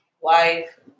Wife